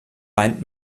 meint